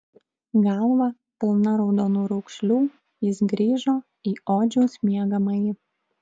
galva pilna raudonų raukšlių jis grįžo į odžiaus miegamąjį